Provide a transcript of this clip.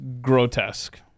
grotesque